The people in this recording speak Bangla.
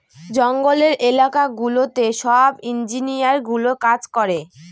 জঙ্গলের এলাকা গুলোতে সব ইঞ্জিনিয়ারগুলো কাজ করে